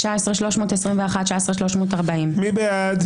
18,521 עד 18,540. מי בעד?